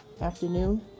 afternoon